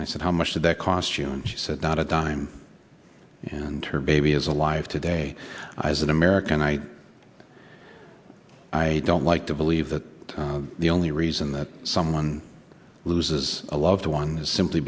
and i said how much did that cost you and she said not a dime and her baby is alive today as an american i i don't like to believe that the only reason that someone loses a loved one is simply